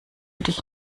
dich